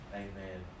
amen